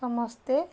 ସମସ୍ତେ